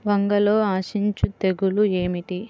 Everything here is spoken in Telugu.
వంగలో ఆశించు తెగులు ఏమిటి?